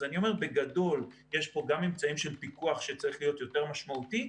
אני אומר בגדול שיש פה גם אמצעים של פיקוח שצריך להיות יותר משמעותי,